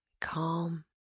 calm